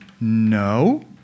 No